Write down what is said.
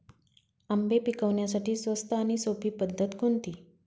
आंबे पिकवण्यासाठी स्वस्त आणि सोपी पद्धत कोणती?